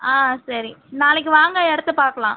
ஆ சரி நாளைக்கு வாங்க இடத்த பார்க்கலாம்